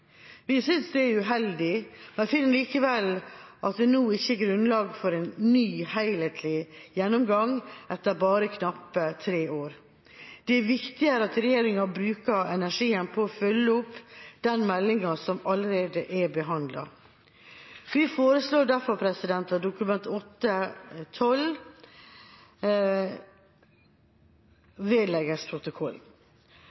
Vi synes det er uheldig, men finner likevel at det nå ikke er grunnlag for en ny helhetlig gjennomgang, etter bare knappe tre år. Det er viktigere at regjeringa bruker energien på å følge opp den meldinga som allerede er behandlet. Vi foreslår derfor at Dokument